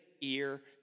ear